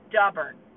Stubborn